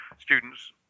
students